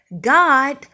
God